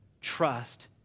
Trust